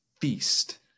feast